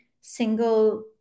single